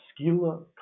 Skila